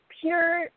pure